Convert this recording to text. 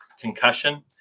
concussion